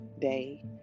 day